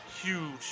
huge